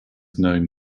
known